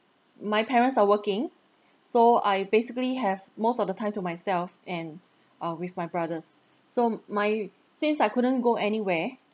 my parents are working so I basically have most of the time to myself and uh with my brothers so my since I couldn't go anywhere